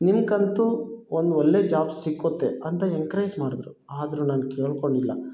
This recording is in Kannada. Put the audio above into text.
ನಿಮ್ಗಂತೂ ಒಂದು ಒಳ್ಳೇ ಜಾಬ್ ಸಿಕ್ಕುತ್ತೆ ಅಂತ ಎಂಕ್ರೇಜ್ ಮಾಡಿದ್ರು ಆದ್ರೂ ನಾನು ಕೇಳ್ಕೊಳ್ಲಿಲ್ಲ